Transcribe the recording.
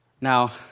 Now